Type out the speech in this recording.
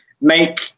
make